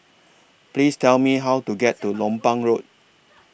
Please Tell Me How to get to Lompang Road